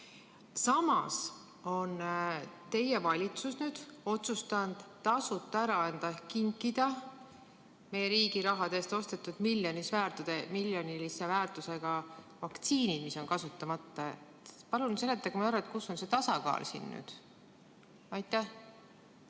Samas on teie valitsus otsustanud tasuta ära anda ehk kinkida meie riigi raha eest ostetud miljonilise väärtusega vaktsiinid, mis on kasutamata. Palun seletage ära, kus on see tasakaal. Aitäh,